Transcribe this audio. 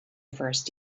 first